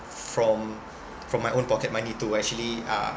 from from my own pocket money to actually uh